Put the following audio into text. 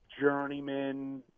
journeyman